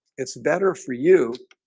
it's better for you,